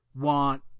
want